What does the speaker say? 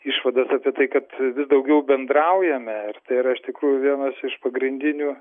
išvadas apie tai kad daugiau bendraujame ir tai yra iš tikrųjų vienas iš pagrindinių